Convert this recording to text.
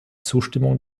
zustimmung